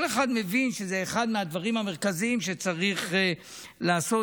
כל אחד מבין שזה אחד מהדברים המרכזיים שצריך לעשות,